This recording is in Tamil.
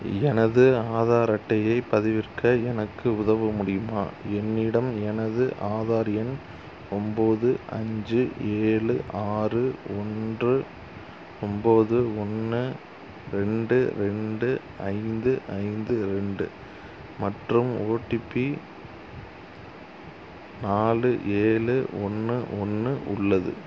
எனது ஆதார் அட்டையை பதிவிறக்க எனக்கு உதவ முடியுமா என்னிடம் எனது ஆதார் எண் ஒம்பது அஞ்சு ஏழு ஆறு ஒன்று ஒம்பது ஒன்று ரெண்டு ரெண்டு ஐந்து ஐந்து ரெண்டு மற்றும் ஓடிபி நாலு ஏழு ஒன்று ஒன்று உள்ளது